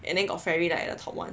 and then got fairy light at the top [one]